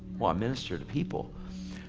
well, i minister to people.